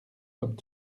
sommes